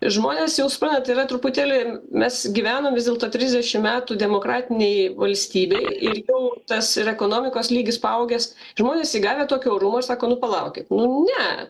žmonės jau suprantat yra truputėlį mes gyvenam vis dėlto trisdešim metų demokratinėj valstybėj ir jau tas ir ekonomikos lygis paaugęs žmonės įgavę tokio orumo sako nu palaukit nu ne